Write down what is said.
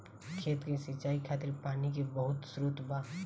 खेत के सिंचाई खातिर पानी के बहुत स्त्रोत बा